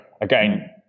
again